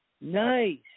Nice